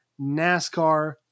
NASCAR